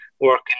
working